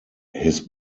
his